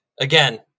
again